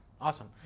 Awesome